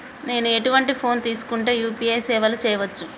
నేను ఎటువంటి ఫోన్ తీసుకుంటే యూ.పీ.ఐ సేవలు చేయవచ్చు?